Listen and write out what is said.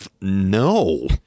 no